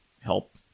help